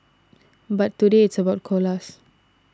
but today it's about koalas